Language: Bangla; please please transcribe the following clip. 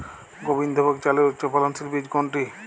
গোবিন্দভোগ চালের উচ্চফলনশীল বীজ কোনটি?